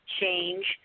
change